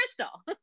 Crystal